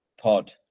pod